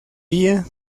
día